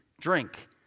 drink